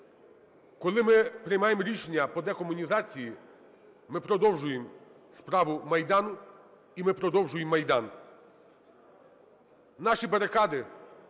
коли ми приймаємо рішення по декомунізації, ми продовжуємо справу Майдану, і ми продовжуємо Майдан.